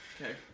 Okay